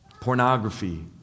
pornography